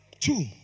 Two